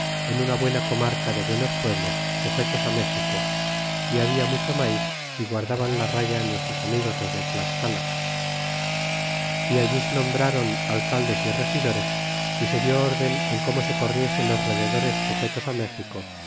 en una buena comarca de buenos pueblos sujetos méxico y habla mucho maiz y guardaban la raya nuestros amigos los de tlascala y allí se nombráron alcaldes y regidores y se diú órden en como se corriese los rededores sujetos méxico